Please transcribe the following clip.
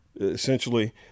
essentially